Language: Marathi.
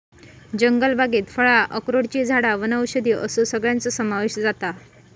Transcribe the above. जंगलबागेत फळां, अक्रोडची झाडां वनौषधी असो सगळ्याचो समावेश जाता